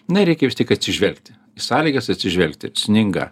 na ir reikia vis tiek atsižvelgti į sąlygas atsižvelgti sninga